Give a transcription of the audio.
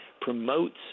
promotes